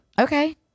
Okay